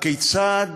הכיצד